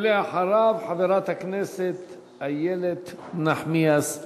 ולאחריו, חברת הכנסת איילת נחמיאס ורבין.